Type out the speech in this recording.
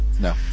No